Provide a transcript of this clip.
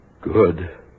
Good